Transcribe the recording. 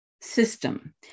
system